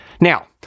Now